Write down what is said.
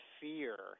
fear